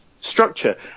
structure